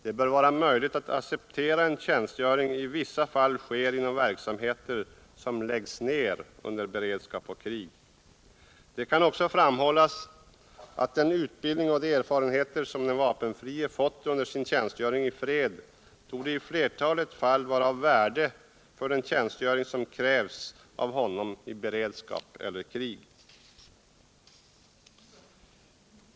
Det bör vara möjligt att acceptera att tjänstgöringen i vissa fall sker inom verksamheter som läggs ned under beredskap och krig. Det kan också framhållas att den utbildning och de erfarenheter som den vapenfrie fått under sin tjänstgöring i fred i flertalet fall torde vara av värde för den tjänstgöring som krävs av honom i beredskap eller krig.